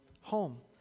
home